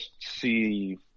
see